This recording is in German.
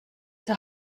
der